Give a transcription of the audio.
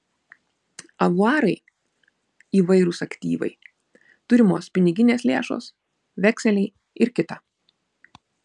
avuarai įvairūs aktyvai turimos piniginės lėšos vekseliai ir kita